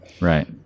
right